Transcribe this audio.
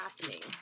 happening